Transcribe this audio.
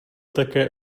také